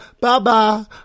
bye-bye